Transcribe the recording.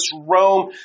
Rome